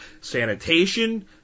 Sanitation